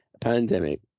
Pandemic